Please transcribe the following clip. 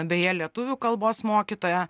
beje lietuvių kalbos mokytoja